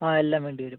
ആ എല്ലാം വേണ്ടി വരും